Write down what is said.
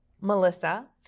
melissa